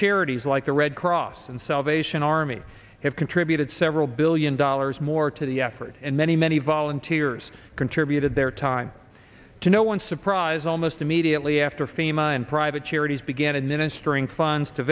charities like the red cross and salvation army have contributed several billion dollars more to the effort and many many volunteers contributed their time to no one's surprise almost immediately after famine private charities began administering funds to